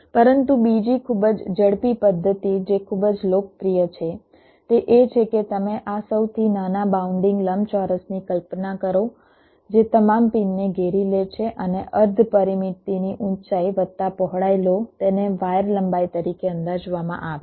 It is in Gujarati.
પરંતુ બીજી ખૂબ જ ઝડપી પદ્ધતિ જે ખૂબ જ લોકપ્રિય છે તે એ છે કે તમે આ સૌથી નાના બાઉન્ડિંગ લંબચોરસની કલ્પના કરો જે તમામ પિનને ઘેરી લે છે અને અર્ધ પરિમિતિની ઊંચાઈ વત્તા પહોળાઈ લો તેને વાયર લંબાઈ તરીકે અંદાજવામાં આવે છે